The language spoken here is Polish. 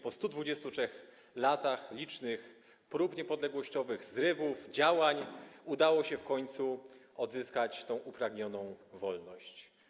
Po 123 latach licznych niepodległościowych prób, zrywów, działań udało się w końcu odzyskać tę upragnioną wolność.